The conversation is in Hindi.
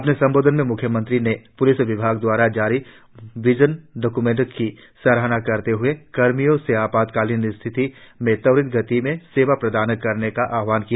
अपने संबोधन में मुख्यमंत्री ने प्लिस विभाग दवारा जारी विजन डाक्य्मेंट की सरहना करते हए कर्मियों से आपातकालीन स्थिति में त्वरित गति से सेवा प्रदान करने का आहवान किया